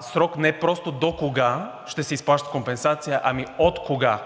Срок не просто докога ще се изплащат компенсации, а откога.